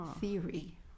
theory